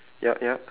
yup yup